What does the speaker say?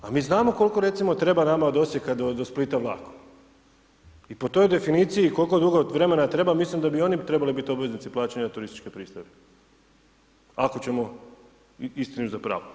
A mi znamo recimo treba nama od Osijeka do Splita vlakom i po toj definiciji koliko dugo vremena treba, mislim da bi oni trebali biti obveznici plaćanja turističkih pristojbi, ako ćemo istini za pravo.